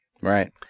right